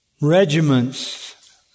regiments